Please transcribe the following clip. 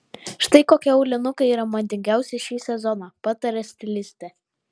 štai kokie aulinukai yra madingiausi šį sezoną pataria stilistė